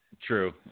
True